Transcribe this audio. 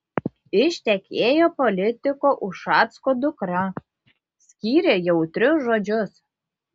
ištekėjo politiko ušacko dukra skyrė jautrius žodžius